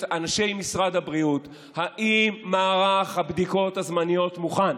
אנשי משרד הבריאות: האם מערך הבדיקות הזמניות מוכן?